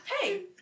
hey